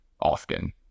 often